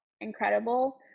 incredible